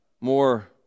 more